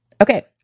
Okay